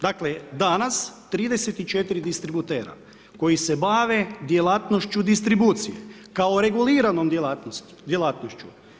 Dakle, danas, 34 distributera koji se bave djelatnošću distribucije, kao reguliranom djelatnošću.